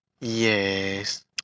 yes